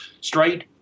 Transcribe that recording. straight